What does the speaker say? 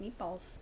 meatballs